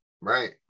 Right